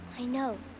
i know.